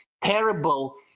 terrible